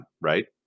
right